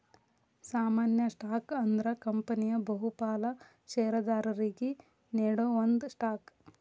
ಸಾಮಾನ್ಯ ಸ್ಟಾಕ್ ಅಂದ್ರ ಕಂಪನಿಯ ಬಹುಪಾಲ ಷೇರದಾರರಿಗಿ ನೇಡೋ ಒಂದ ಸ್ಟಾಕ್